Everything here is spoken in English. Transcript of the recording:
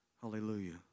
Hallelujah